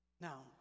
Now